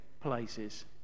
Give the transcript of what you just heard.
places